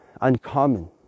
uncommon